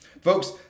Folks